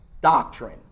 doctrine